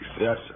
Yes